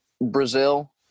Brazil